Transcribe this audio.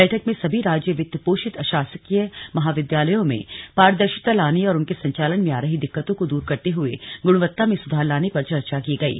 बैठक में सभी राज्य वित्त पोषित अशासकीय महाविद्यालयों में पारदर्शिता लाने और उनके संचालन में आ रही दिक्कतों को दूर करते हुए गुणवत्ता में सुधार लाने पर चर्चा की गयी